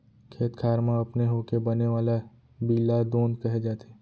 खेत खार म अपने होके बने वाला बीला दोंद कहे जाथे